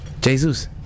Jesus